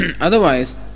Otherwise